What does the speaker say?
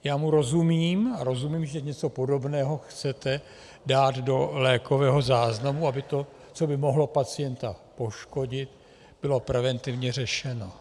Já mu rozumím a rozumím, že něco podobného chcete dát do lékového záznamu, aby to, co by mohlo pacienta poškodit, bylo preventivně řešeno.